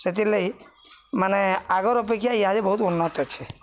ସେଥିର୍ ଲାଗି ମାନେ ଆଗର ଅପେକ୍ଷା ଇହାଦେ ବହୁତ ଉନ୍ନତ ଅଛି